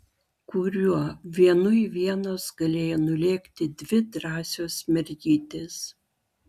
kuriuo vienui vienos galėjo nulėkti dvi drąsios mergytės